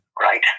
Right